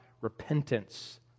repentance